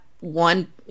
one